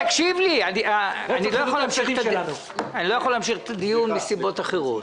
אני לא יכול להמשיך את הדיון בגלל סיבות אחרות.